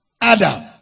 Adam